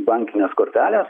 bankinės kortelės